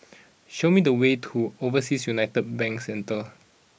show me the way to Overseas United Bank Centre